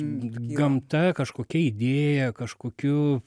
gamta kažkokia idėja kažkokiu